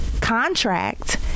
contract